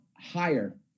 higher